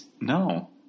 No